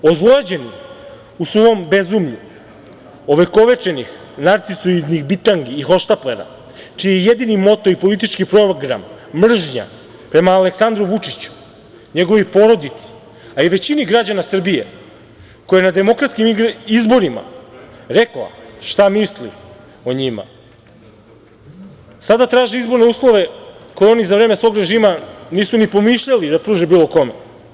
Ozlojeđeni u svom bezumlju, ovekovečenih narcisoidnih bitangi i hohšatplera čiji je jedini moto i politički program mržnja prema Aleksandru Vučiću, njegovoj porodici, a i većini građana Srbije koja je na demokratskim izborima rekla šta misli o njima, sada traže izborne uslove koje oni za vreme svog režima nisu ni pomišljali da pruže bilo kome.